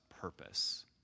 purpose